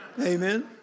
Amen